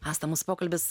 asta mūsų pokalbis